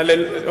לילות כימים.